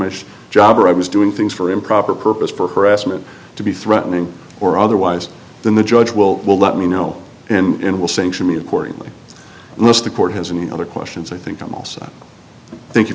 my job or i was doing things for improper purpose for harassment to be threatening or otherwise then the judge will will let me know and will sanction me accordingly unless the court has any other questions i think i'm also thank